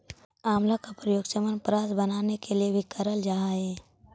आंवला का प्रयोग च्यवनप्राश बनाने के लिए भी करल जा हई